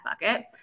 bucket